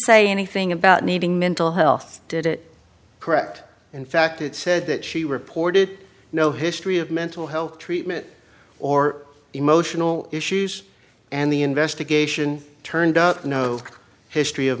say anything about needing mental health did it correct in fact it said that she reported no history of mental health treatment or emotional issues and the investigation turned out no history of